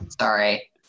sorry